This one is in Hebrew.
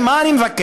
לכן, מה אני מבקש?